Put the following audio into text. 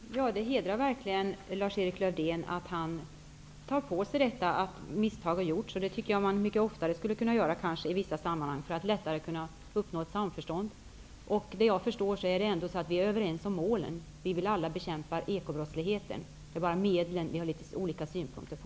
Herr talman! Det hedrar verkligen Lars-Erik Lövdén att han tar på sig att misstag gjorts. Det tycker jag att man mycket oftare skulle kunna göra i vissa sammanhang för att lättare kunna uppnå ett samförstånd. Enligt vad jag förstår är vi överens om målen: Vi vill alla bekämpa ekobrottsligheten; det är bara medlen vi har litet olika synpunkter på.